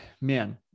Man